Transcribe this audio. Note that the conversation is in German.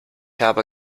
habe